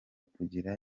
kugira